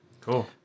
Cool